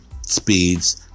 speeds